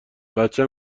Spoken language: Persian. بچه